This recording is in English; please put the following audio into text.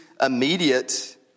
immediate